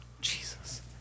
Jesus